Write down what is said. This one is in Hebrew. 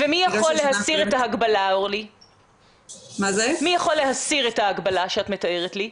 בגלל שהשנה הקודמת --- מי יכול להסיר את ההגבלה שאת מתארת לי?